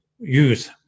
use